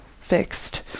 fixed